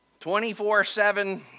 24-7